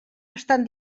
estan